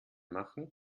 machen